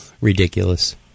ridiculous